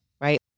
Right